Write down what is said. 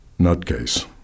nutcase